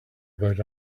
about